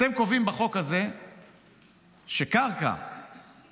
אתם קובעים בחוק הזה שקרקע שחקלאי